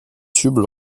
tubes